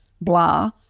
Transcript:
blah